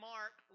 Mark